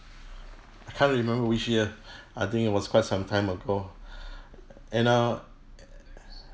I can't remember which year I think it was quite some time ago and uh